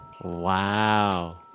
Wow